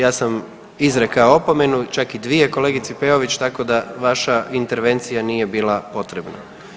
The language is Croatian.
Ja sam izrekao opomenu čak i dvije kolegici Peović tako da vaša intervencija nije bila potrebna.